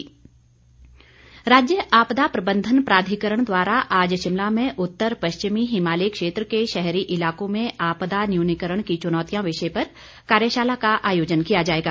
मुख्यमंत्री राज्य आपदा प्रबन्धन प्राधिकरण द्वारा आज शिमला में उत्तर पश्चिमी हिमालयी क्षेत्र के शहरी इलाकों में आपदा न्यूनीकरण की चुनौतियां विषय पर कार्यशाला का आयोजन किया जाएगा